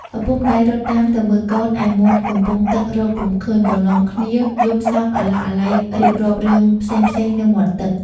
ឪពុកម្ដាយរត់តាមទៅមើលកូន ឯមាត់កំពង់ទឹករកពុំឃើញ ក៏នាំគ្នាយំសោកអាឡោះអាល័យរៀបរាប់ រឿងផ្សេងៗនៅមាត់ទឹក ។